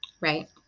right